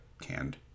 canned